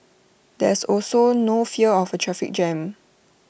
there's also no fear of A traffic jam